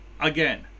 again